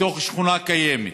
בתוך שכונה קיימת.